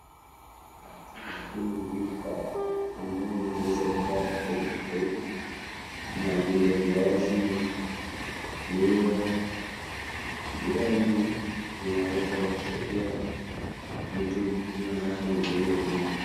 Hili ni duka ambalo linauza bidhaa tofauti tofauti kama vile viazi, miwa. Bidhaa hizi zinaweza kusaidia mtu kuwa na afya nzuri ya meno.